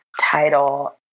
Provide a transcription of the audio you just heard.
title